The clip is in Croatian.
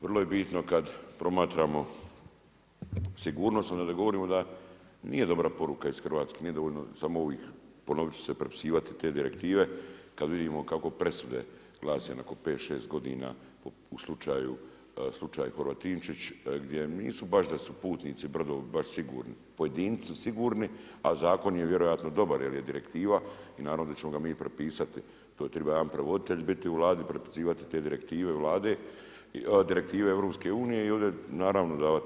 Vrlo je bitno kad promatramo sigurnost onda ne govorimo da nije dobra poruka iz Hrvatske, nije dovoljno samo ovih, ponoviti ću se, prepisivati te direktive kada vidimo kako presude glase nakon 5, 6 godina u slučaju Horvatinčić gdje nisu baš da su putnici, brodovi baš sigurni, pojedinci su sigurni a zakon je vjerojatno dobar jer je direktiva i naravno da ćemo ga mi prepisati, to treba jedan prevoditelj biti u Vladi i prepisivati te direktive EU i ovdje naravno davati.